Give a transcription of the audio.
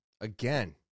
again